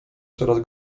coraz